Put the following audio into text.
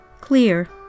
clear